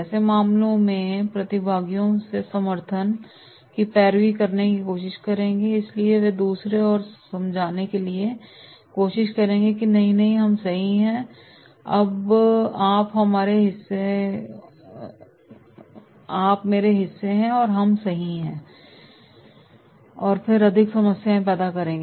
ऐसे मामलों में वे प्रतिभागियों से समर्थन की पैरवी करने की कोशिश करेंगे इसलिए वे दूसरों को यह समझाने की कोशिश करेंगे कि नहीं नहीं हम सही हैं आप मेरे हिस्से हैं और हम सही हैं और फिर अधिक समस्याएं पैदा कर रहे हैं